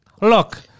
Look